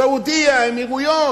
סעודיה, האמירויות,